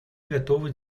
готовы